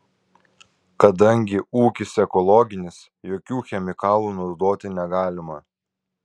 kadangi ūkis ekologinis jokių chemikalų naudoti negalima